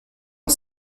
ont